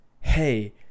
hey